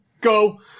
go